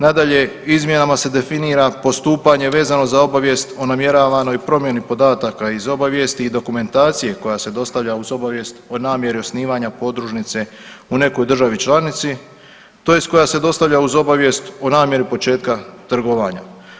Nadalje, izmjenama se definira postupanje vezano za obavijest o namjeravanoj promjeni podataka iz obavijesti i dokumentacije koja se dostavlja uz obavijest o namjeri osnivanja podružnice u nekoj državi članici tj. koja se dostavlja uz obavijest o namjeri početka trgovanja.